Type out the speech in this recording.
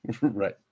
Right